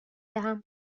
دهم